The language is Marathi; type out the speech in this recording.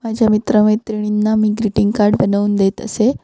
माझ्या मित्रमैत्रिणींना मी ग्रिटिंग कार्ड बनवून देत असे